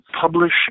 publish